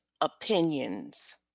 opinions